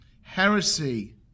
heresy